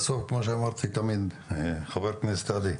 בסוף, כמו שאמרתי תמיד, חבר הכנסת עלי,